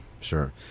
Sure